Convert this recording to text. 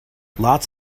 lots